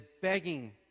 begging